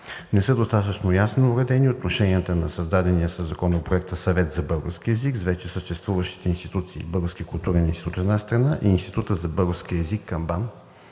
Не са достатъчно ясно уредени отношенията на създадения със Законопроекта Съвет за българския език с вече съществуващите институции – Българския културен институт, от една страна, и Института за български език към